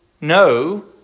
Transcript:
No